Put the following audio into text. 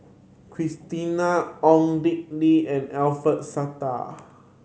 Christina Ong Dick Lee and Alfian Sa'at